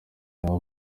nabo